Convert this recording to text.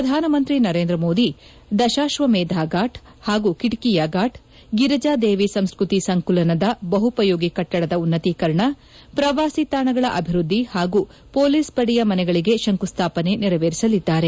ಪ್ರಧಾನಮಂತ್ರಿ ನರೇಂದ್ರ ಮೋದಿ ದಶಾಶ್ವಮೇಧ ಗಾಟ್ ಹಾಗೂ ಖಿಡ್ಕಿಯಾ ಫಾಟ್ ಗಿರಿಜಾ ದೇವಿ ಸಂಸ್ಕೃತಿ ಸಂಕುಲನದ ಬಹುಪಯೋಗಿ ಕಟ್ಟದ ಉನ್ನತೀಕರಣ ಪ್ರವಾಸಿ ತಾಣಗಳ ಅಭಿವೃದ್ದಿ ಹಾಗೂ ಪೊಲೀಸ್ ಪಡೆಯ ಮನೆಗಳಿಗೆ ಶಂಕುಸ್ತಾಪನೆ ನೆರವೇರಿಸಲಿದ್ದಾರೆ